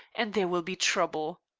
and there will be trouble.